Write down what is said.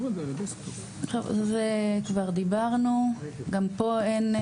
טוב, זה כבר דיברנו, גם פה אין,